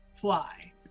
fly